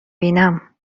بینم